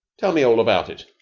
tell me all about it.